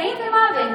חיים ומוות.